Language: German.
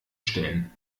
stellen